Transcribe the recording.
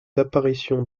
apparitions